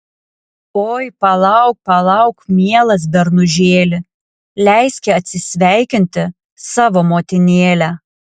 oi palauk palauk mielas bernužėli leiski atsisveikinti savo motinėlę